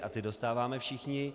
A ty dostáváme všichni.